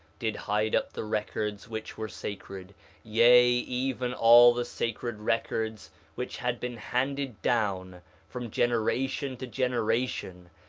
did hide up the records which were sacred yea, even all the sacred records which had been handed down from generation to generation,